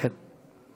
כן.